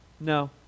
no